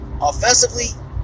Offensively